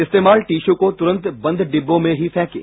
इस्तेमाल टिशू को तुरंत बंद डिब्बों में ही फेंकें